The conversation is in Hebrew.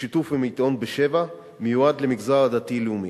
בשיתוף עם עיתון "בשבע", המיועד למגזר הדתי-לאומי.